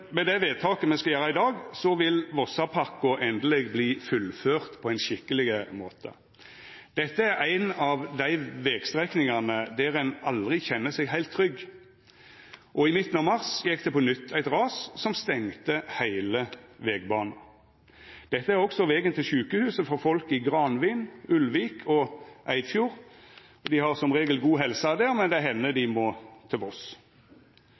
Med det vedtaket me skal gjera i dag, vil Vossapakko endeleg verta fullført på ein skikkeleg måte. Dette er ein av dei vegstrekningane der ein aldri kjenner seg heilt trygg. I midten av mars gjekk det på nytt eit ras som stengde heile vegbanen. Dette er også vegen til sjukehuset for folk i Granvin, Ulvik og Eidfjord. Dei har som regel god helse der, men det hender dei må til